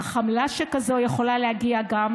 אך עמלה שכזו יכולה להגיע גם